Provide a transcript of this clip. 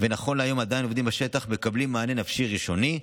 ונכון להיום עדיין עובדים בשטח מקבלים מענה נפשי ראשוני,